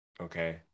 okay